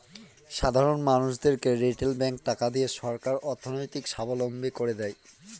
সাধারন মানুষদেরকে রিটেল ব্যাঙ্কে টাকা দিয়ে সরকার অর্থনৈতিক সাবলম্বী করে দেয়